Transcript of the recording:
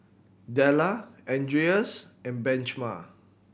Della Andreas and Benjman